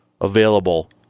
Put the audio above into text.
available